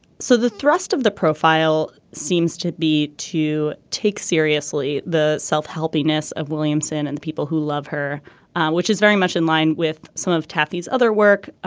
so the thrust of the profile seems to be to take seriously the self-help genius of williamson and the people who love her which is very much in line with some of these other work.